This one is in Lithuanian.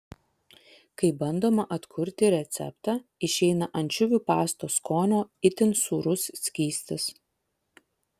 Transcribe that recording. kai bandoma atkurti receptą išeina ančiuvių pastos skonio itin sūrus skystis